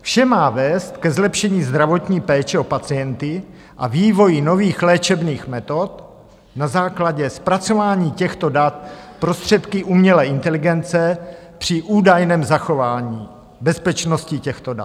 Vše má vést ke zlepšení zdravotní péče o pacienty a vývoji nových léčebných metod na základě zpracování těchto dat prostředky umělé inteligence při údajném zachování bezpečnosti těchto dat.